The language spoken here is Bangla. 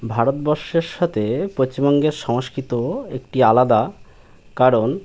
ভারতবর্ষের সাথে পশ্চিমবঙ্গের সংস্কৃতি একটু আলাদা কারণ